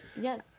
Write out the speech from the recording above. Yes